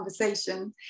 conversation